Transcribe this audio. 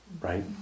right